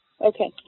Okay